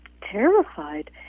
terrified